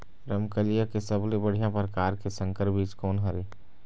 रमकलिया के सबले बढ़िया परकार के संकर बीज कोन हर ये?